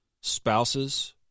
Spouses